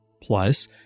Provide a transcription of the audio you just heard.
Plus